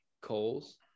calls